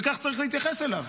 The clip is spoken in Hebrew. וכך צריך להתייחס אליו.